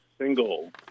Single